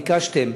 ביקשתם,